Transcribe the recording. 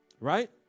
right